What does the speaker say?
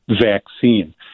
vaccine